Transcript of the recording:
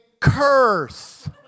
curse